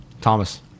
Thomas